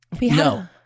No